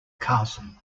castle